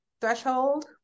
threshold